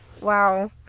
Wow